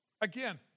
Again